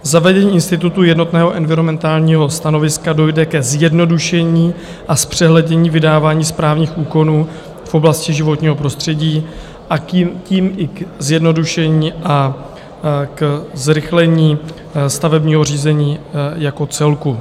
Zavedením institutu jednotného environmentálního stanoviska dojde ke zjednodušení a zpřehlednění vydávání správních úkonů v oblasti životního prostředí, a tím i ke zjednodušení a k zrychlení stavebního řízení jako celku.